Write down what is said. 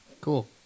Cool